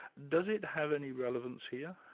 does it have any relevance here?